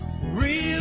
Real